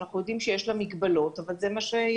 אנחנו יודעים שיש לה מגבלות, אבל זה מה שיש.